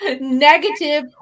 negative